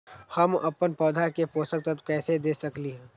हम अपन पौधा के पोषक तत्व कैसे दे सकली ह?